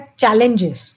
challenges